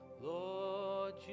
Lord